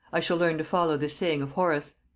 i shall learn to follow this saying of horace,